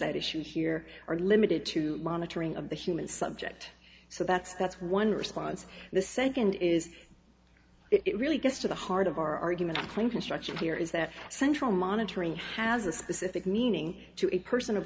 that issues here are limited to monitoring of the human subject so that's that's one response the second is it really gets to the heart of our argument when construction here is that central monitoring has a specific meaning to a person of